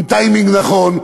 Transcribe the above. עם טיימינג נכון,